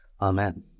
Amen